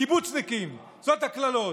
קיבוצניקים, אלה הקללות.